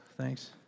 thanks